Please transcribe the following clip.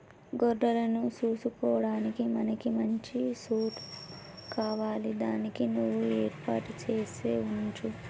గొర్రెలను సూసుకొడానికి మనకి మంచి సోటు కావాలి దానికి నువ్వు ఏర్పాటు సేసి వుంచు